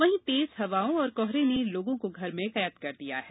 वहीं तेज हवाओं और कोहरे ने लोगों को घर में कैद कर दिया है